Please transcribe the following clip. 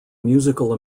musical